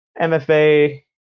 MFA